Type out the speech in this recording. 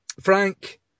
Frank